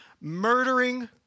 murdering